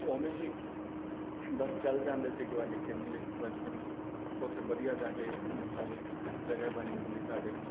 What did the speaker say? ਉਵੇਂ ਹੀ ਬਸ ਚੱਲ ਜਾਂਦੇ ਸੀ ਕਬੱਡੀ ਖੇਡਣ ਲਈ ਬਚਪਨ 'ਚ ਉੱਥੇ ਵਧੀਆ ਜਾ ਕੇ ਮਤਲਬ ਇੱਕ ਜਗ੍ਹਾ ਬਣੀ ਹੁੰਦੀ ਸਾਡੇ